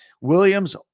Williams